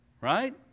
right